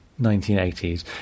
1980s